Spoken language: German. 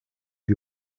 die